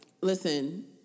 Listen